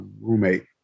roommate